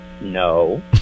No